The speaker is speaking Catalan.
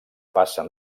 passen